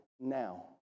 now